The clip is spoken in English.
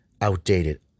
outdated